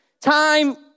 Time